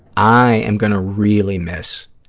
i am going to really miss